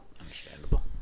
understandable